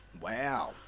Wow